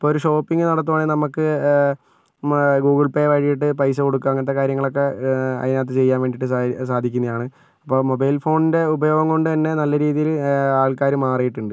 ഇപ്പോൾ ഒരു ഷോപ്പിങ് നടത്തുവാണെൽ നമുക്ക് ഗൂഗിൾപേ വഴിയൊക്കെ പൈസ കൊടുക്കാം അങ്ങനത്തെ കാര്യങ്ങളൊക്കെ അതിനകത്ത് ചെയ്യാൻ വേണ്ടിട്ട് സാധി സാധിക്കുന്നതാണ് ഇപ്പോൾ മൊബൈൽ ഫോണിൻ്റെ ഉപയോഗം കൊണ്ട് തന്നെ നല്ല രീതിയില് ആൾക്കാര് മാറിയിട്ടുണ്ട്